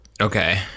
okay